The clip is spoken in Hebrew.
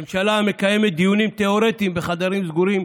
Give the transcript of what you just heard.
ממשלה המקיימת דיונים תיאורטיים בחדרים סגורים,